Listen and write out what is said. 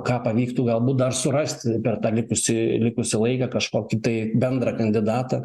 ką pavyktų galbūt dar surasti per tą likusį likusį laiką kažkokį tai bendrą kandidatą